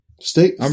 State